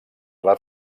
les